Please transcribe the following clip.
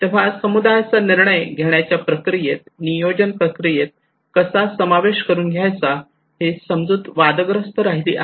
तेव्हा समुदायाचा निर्णय घेण्याच्या प्रक्रियेत नियोजन प्रक्रियेत कसा समावेश करून घ्यायचा ही समजूत वादग्रस्त राहिली आहे